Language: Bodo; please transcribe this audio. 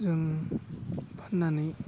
जों फाननानै